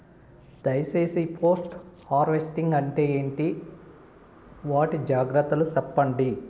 దయ సేసి post harvesting అంటే ఏంటి? వాటి జాగ్రత్తలు సెప్పండి?